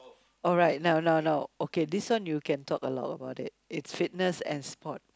alright no no no okay this one you can talk a lot about it it's fitness and sport